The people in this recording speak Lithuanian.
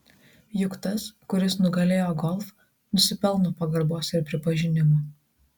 juk tas kuris nugalėjo golf nusipelno pagarbos ir pripažinimo